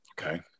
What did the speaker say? okay